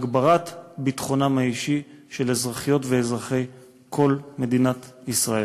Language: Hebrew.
הגברת ביטחונם האישי של אזרחיות ואזרחי כל מדינת ישראל.